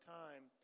time